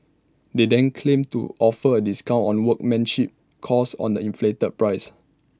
they then claim to offer A discount on workmanship cost on the inflated price